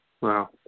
wow